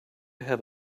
have